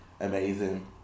amazing